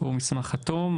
הוא מסמך חתום,